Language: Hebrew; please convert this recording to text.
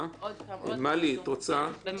מלי, בבקשה.